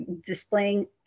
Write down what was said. displaying